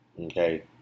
Okay